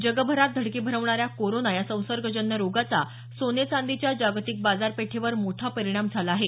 जगभरात धडकी भरविणाऱ्या कोरोना या संसर्गजन्य रोगाचा सोने चांदीच्या जागतिक बाजारपेठेवर मोठा परिणाम झाला आहे